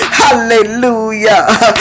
hallelujah